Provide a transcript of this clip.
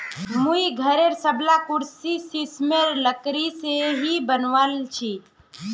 मुई घरेर सबला कुर्सी सिशमेर लकड़ी से ही बनवाल छि